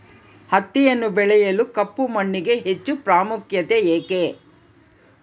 ಹತ್ತಿಯನ್ನು ಬೆಳೆಯಲು ಕಪ್ಪು ಮಣ್ಣಿಗೆ ಹೆಚ್ಚು ಪ್ರಾಮುಖ್ಯತೆ ಏಕೆ?